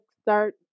start